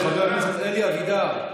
חבר הכנסת אלי אבידר,